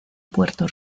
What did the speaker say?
puerto